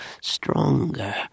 stronger